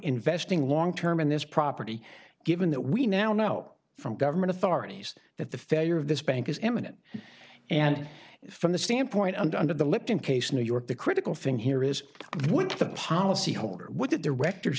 investing long term in this property given that we now know from government authorities that the failure of this bank is eminent and from the standpoint and under the lipton case in new york the critical thing here is what the policyholder what di